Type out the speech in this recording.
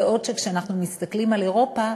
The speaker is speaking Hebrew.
וכשאנחנו מסתכלים על אירופה,